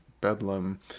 bedlam